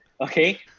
Okay